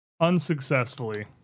unsuccessfully